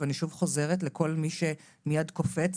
ואני שוב חוזרת לכל מי שמיד קופץ,